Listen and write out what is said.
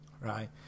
Right